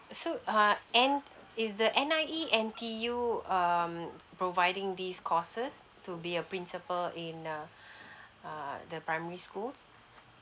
so uh N is the N_I_E N_T_U um providing these courses to be a principal in a err the primary schools